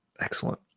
Excellent